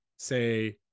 say